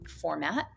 format